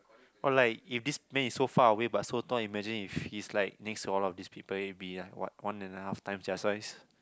or like if this man is so far away but so tall imagine if he's like next to all these people he will be like what one and a half times their size